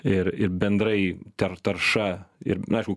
ir ir bendrai tar tarša ir na aišku